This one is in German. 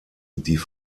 die